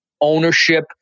ownership